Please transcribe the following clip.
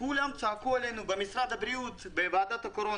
נציגי משרד הבריאות צעקו עלינו בוועדת הקורונה